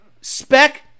spec